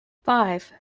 five